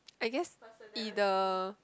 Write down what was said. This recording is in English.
I guess either